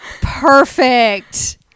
Perfect